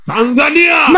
Tanzania